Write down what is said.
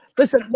listen,